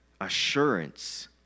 assurance